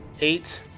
eight